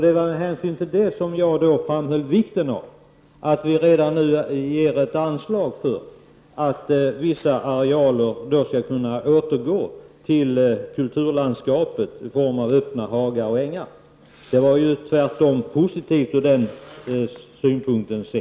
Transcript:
Det var med hänsyn till detta som jag framhöll vikten av att vi redan nu beviljar ett anslag för att möjliggöra att viss areal kan återföras till kulturlandskapet i form av öppna hagar och ängar — alltså en positiv förändring.